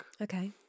okay